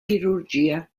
chirurgia